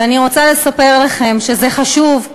ואני רוצה לספר לכם שזה חשוב,